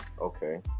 Okay